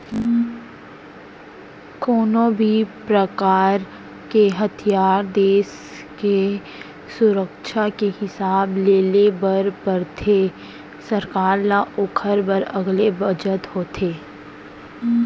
कोनो भी परकार के हथियार देस के सुरक्छा के हिसाब ले ले बर परथे सरकार ल ओखर बर अलगे बजट होथे